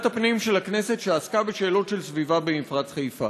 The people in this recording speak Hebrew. הפנים של הכנסת שעסקה בשאלות של סביבה במפרץ חיפה.